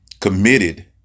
committed